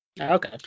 okay